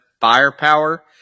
firepower